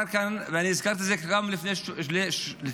והזכרתי את זה גם לפני שבועיים.